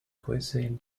cuisine